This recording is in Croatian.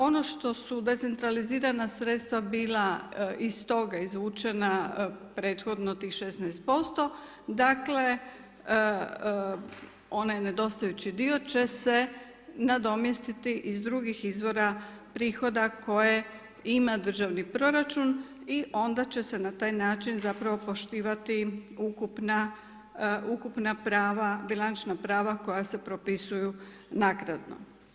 Ono što su decentralizirana sredstva bila iz toga izvučena prethodno tih 16% onaj nedostajući dio će se nadomjestiti iz drugih izvora prihoda koje ima državni proračun i onda će se na taj način poštivati ukupna prava bilančna prava koja se propisuju nagradno.